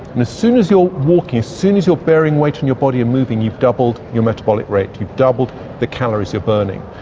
and as soon as you're walking, as soon as you're bearing weight on your body and moving you've doubled your metabolic rate, you've doubled the calories you're burning.